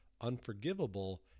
unforgivable